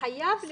חייב לשלם.